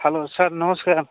hello sir ନମସ୍କାର